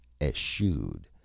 eschewed